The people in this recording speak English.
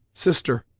sister,